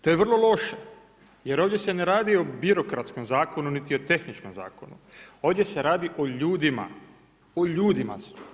To je vrlo loše jer ovdje se ne radi o birokratskom zakonu niti o tehničkom zakonu, ovdje se radi o ljudima, o ljudima.